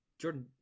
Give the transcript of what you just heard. Jordan